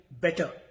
better